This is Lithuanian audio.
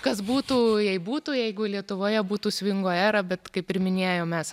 kas būtų jei būtų jeigu lietuvoje būtų svingo era bet kaip ir minėjom mes